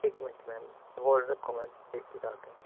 ਇਕ minute ma'am hold ਰੱਖੋ ma'am ਦੇਖ ਕੇ ਦੱਸਦਾ ਜੀ